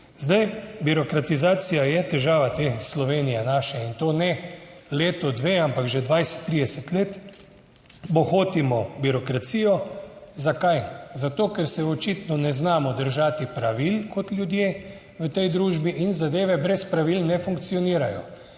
Zdaj, birokratizacija je težava te Slovenije naše in to ne leto, dve, ampak že 20, 30 let. Bohotimo birokracijo. Zakaj? Zato ker se očitno ne znamo držati pravil kot ljudje v tej družbi in zadeve brez pravil ne funkcionirajo.